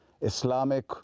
Islamic